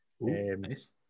Nice